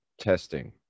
testing